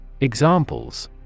Examples